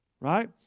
right